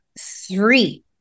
three